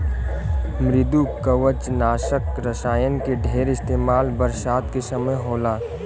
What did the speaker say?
मृदुकवचनाशक रसायन के ढेर इस्तेमाल बरसात के समय होला